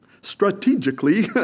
strategically